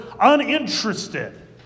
uninterested